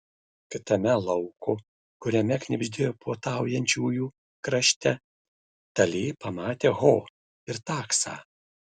kitame lauko kuriame knibždėjo puotaujančiųjų krašte talė pamatė ho ir taksą